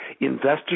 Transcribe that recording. investors